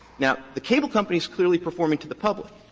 now, the cable company is clearly performing to the public,